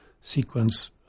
sequence